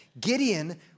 Gideon